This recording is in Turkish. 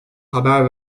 haber